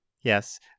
Yes